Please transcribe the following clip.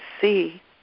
see